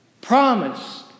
Promise